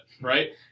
right